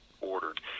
ordered